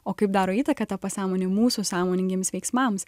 o kaip daro įtaką ta pasąmonė mūsų sąmoningiems veiksmams